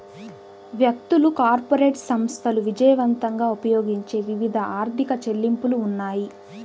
వ్యక్తులు, కార్పొరేట్ సంస్థలు విజయవంతంగా ఉపయోగించే వివిధ ఆర్థిక చెల్లింపులు ఉన్నాయి